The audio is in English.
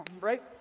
Right